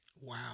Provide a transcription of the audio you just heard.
Wow